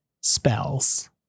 spells